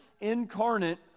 incarnate